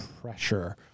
pressure